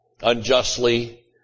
unjustly